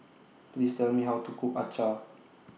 Please Tell Me How to Cook Acar